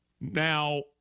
Now